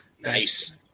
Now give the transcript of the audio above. Nice